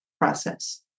process